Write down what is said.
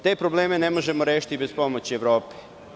Te probleme ne možemo rešiti bez pomoći Evrope.